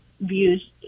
views